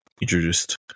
introduced